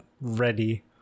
ready